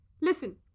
Listen